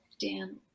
Dan